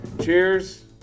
Cheers